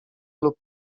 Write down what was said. lub